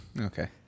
Okay